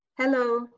Hello